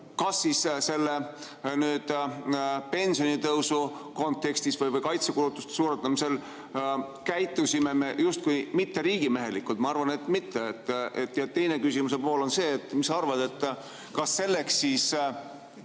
kas siis selle pensionitõusu kontekstis või kaitsekulutuste suurendamisel käitusime me justkui mitteriigimehelikult? Ma arvan, et mitte. Teine küsimuse pool on see, et mis sa arvad, kas Reformierakond